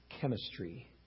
chemistry